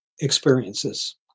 experiences